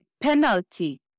penalty